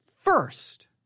first